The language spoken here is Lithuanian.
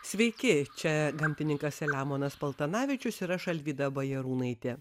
sveiki čia gamtininkas selemonas paltanavičius ir aš alvyda bajarūnaitė